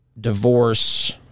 divorce